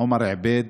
עומר עביד,